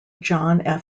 john